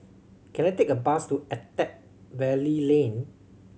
can I take a bus to Attap Valley Lane